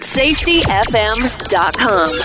safetyfm.com